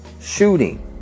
shooting